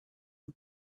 the